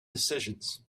decisions